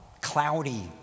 cloudy